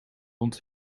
rond